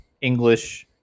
English